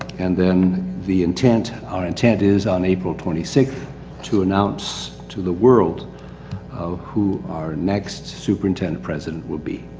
and then the intent, our intent is, on april twenty-sixth to announce to the world who our next superintendent president will be.